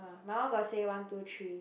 my one got say one two three